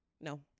No